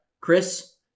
Chris